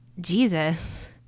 jesus